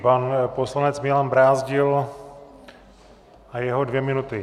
Pan poslanec Milan Brázdil a jeho dvě minuty.